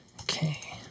Okay